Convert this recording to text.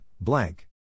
blank